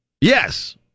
Yes